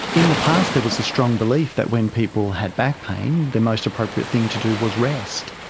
in the past there was a strong belief that when people had back pain, the most appropriate thing to do was rest.